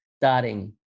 starting